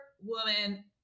woman